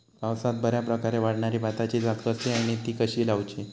पावसात बऱ्याप्रकारे वाढणारी भाताची जात कसली आणि ती कशी लाऊची?